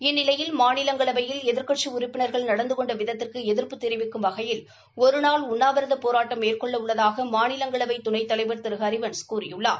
இந்நிலையில் மாநிலங்களவையில் எதிர்க்கட்சி உறுப்பினர்கள் நடந்து கொண்ட விதத்திற்கு எதிர்ப்பு தெரிவிக்கும் வகையில் ஒரு நாள் உண்ணாவிரதப் போராட்டம் மேற்கொள்ள உள்ளதாக மாநிலங்களவை துணைத்தலைவர் திரு ஹரிவன்ஸ் கூறியுள்ளார்